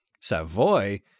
Savoy